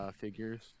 figures